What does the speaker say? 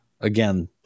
again